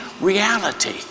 reality